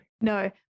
No